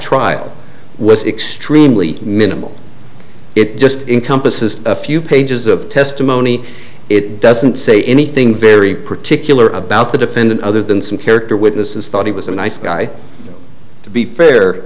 trial was extremely minimal it just in compass is a few pages of testimony it doesn't say anything very particular about the defendant other than some character witnesses thought he was a nice guy to be fair